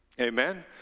Amen